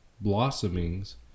blossomings